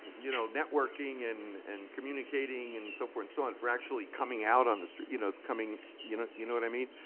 you know, networking and and communicating and so for and so on for actually coming out on the street, you know, coming, you know, coming, you know what i mean?